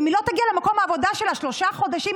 אם היא לא תגיע למקום העבודה שלה שלושה חודשים,